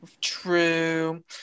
True